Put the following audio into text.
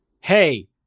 hey